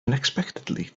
unexpectedly